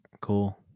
Cool